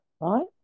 right